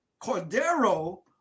Cordero